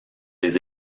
les